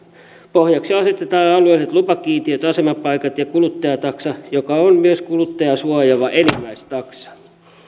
pohjaksi asetetaan alueelliset lupakiintiöt asemapaikat ja kuluttajataksa joka on myös kuluttajaa suojaava enimmäistaksa